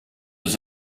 dans